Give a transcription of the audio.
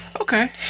Okay